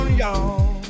y'all